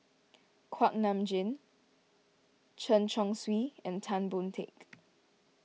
Kuak Nam Jin Chen Chong Swee and Tan Boon Teik